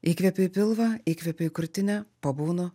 įkvėpi į pilvą įkvėpi į krūtinę pabūnu